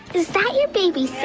is that your baby so